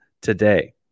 today